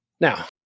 Now